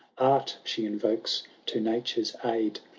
art she invokes to nature's aid.